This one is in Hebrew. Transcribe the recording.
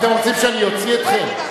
אתם רוצים שאני אוציא אתכם?